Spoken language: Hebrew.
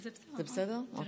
היושבת-ראש,